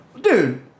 Dude